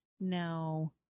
No